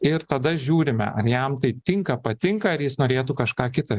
ir tada žiūrime ar jam tai tinka patinka ar jis norėtų kažką kitą